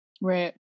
Right